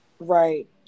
right